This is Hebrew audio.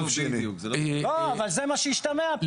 אבל זה מה שהשתמע פה.